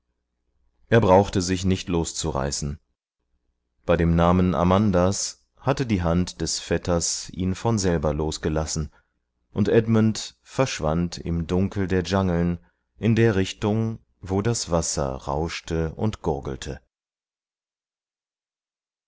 er brauchte sich nicht loszureißen bei dem namen amandas hatte die hand des vetters ihn von selber losgelassen und edmund verschwand im dunkel der dschangeln in der richtung wo das wasser rauschte und gurgelte